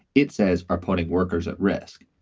it says are putting workers at risk.